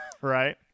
Right